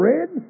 Red